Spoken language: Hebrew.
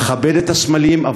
אכבד את הסמלים,